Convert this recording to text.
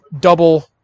double